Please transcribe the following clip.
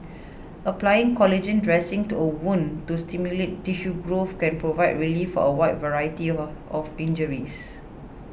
applying collagen dressings to a wound to stimulate tissue growth can provide relief for a wide variety of a of injuries